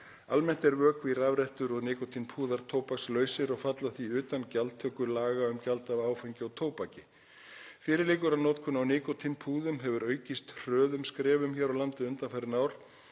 Almennt eru vökvi í rafrettur og nikótínpúðar tóbakslausir og falla því utan gjaldtöku laga um gjald af áfengi og tóbaki. Fyrir liggur að notkun á nikótínpúðum hefur aukist hröðum skrefum hér á landi undanfarin ár.